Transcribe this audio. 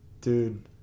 Dude